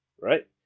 right